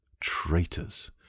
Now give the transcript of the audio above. traitors